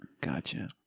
Gotcha